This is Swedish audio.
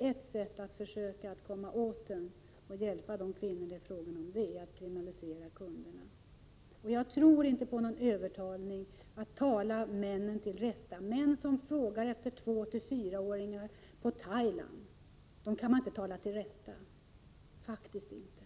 Ett sätt att försöka komma åt den och att hjälpa de kvinnor det är fråga om är att kriminalisera kundernas beteende. Jag tror inte på någon övertalning, att det skulle gå att tala männen till rätta. Män som frågar efter 2-4-åringar från Thailand kan man inte tala till rätta — det går faktiskt inte.